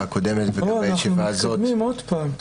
אוה, אנחנו מתקדמים עוד פעם.